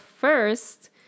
first